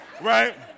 right